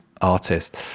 artist